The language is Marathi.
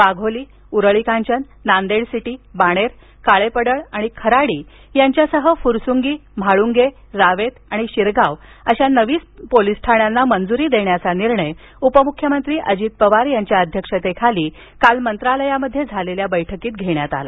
वाघोली ऊरळीकांचन नांदेड सिटीबाणेर काळेपडळ आणि खराडी यांच्यासह फुरसूंगी म्हाळूंगे रावेत आणि शिरगाव अशा नवीन पोलीस ठाण्यांना मंजूरी देण्याचा निर्णय उपमुख्यमंत्री अजित पवार यांच्या अध्यक्षतेखाली काल मंत्रालयात झालेल्या बैठकीत घेण्यात आला